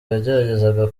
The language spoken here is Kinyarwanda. yageragezaga